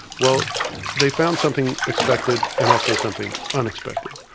well they found something expected and also something unexpected.